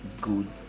good